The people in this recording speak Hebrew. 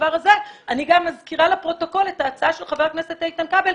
אני גם מזכירה לפרוטוקול את ההצעה של חבר הכנסת איתן כבל,